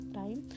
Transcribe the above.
time